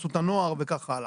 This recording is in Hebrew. בחסות הנוער וכך הלאה.